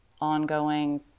ongoing